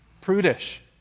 prudish